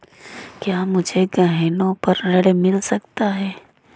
क्या मुझे गहनों पर ऋण मिल सकता है?